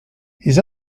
his